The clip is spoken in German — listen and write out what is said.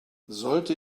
sollte